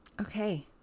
Okay